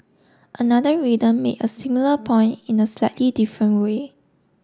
another reader made a similar point in a slightly different way